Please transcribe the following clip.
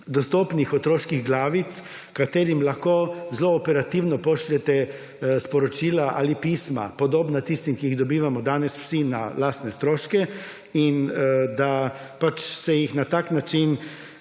dostopnih otroških glavic, katerim lahko zelo operativno pošljete sporočila ali pisma, podobna tistim, ki jih dobivamo danes vsi na lastne stroške in da se jih na tak način